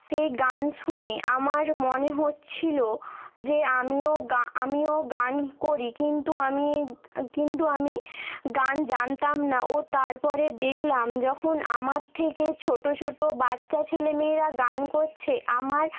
সেই গান শুনে আমার মনে হচ্ছিলো যে আমিও গা আমিও গান করি কিন্তু আমি কিন্তু আমি গান জানতাম না ও তারপরে দেখলাম যখন আমার থেকে ছোটো ছোটো বাচ্চা ছেলেমেয়েরা গান করছে আমার